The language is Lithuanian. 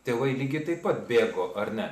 tėvai lygiai taip pat bėgo ar ne